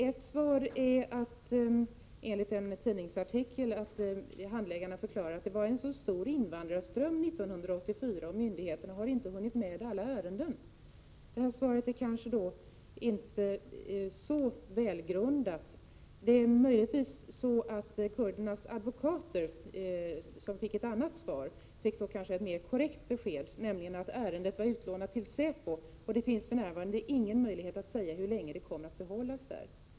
Ett svar är, enligt en tidningsartikel, terroristlagen att handläggarna förklarar att det var en så stor invandrarström 1984 att myndigheterna inte har hunnit med alla ärenden. Det svaret kanske inte var så välgrundat. Möjligtvis fick kurdernas advokater ett mera korrekt besked, nämligen att ärendet var utlånat till säpo och att det för närvarande inte fanns någon möjlighet att säga hur länge det skulle hållas kvar där.